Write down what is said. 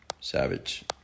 Savage